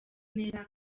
neza